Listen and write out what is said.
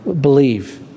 Believe